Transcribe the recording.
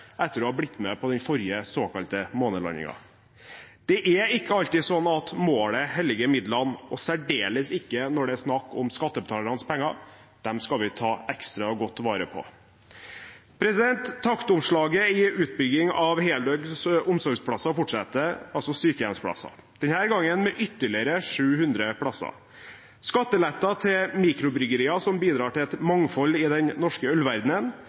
etter å ha blitt med på den forrige såkalte månelandingen. Det er ikke alltid sånn at målet helliger midlene, og særdeles ikke når det er snakk om skattebetalernes penger. Dem skal vi ta ekstra godt vare på. Taktomslaget i utbygging av heldøgns omsorgsplasser fortsetter, altså sykehjemsplasser – denne gangen med ytterligere 700 plasser – skattelette til mikrobryggerier, som bidrar til et mangfold i den norske ølverdenen,